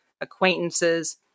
acquaintances